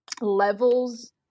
levels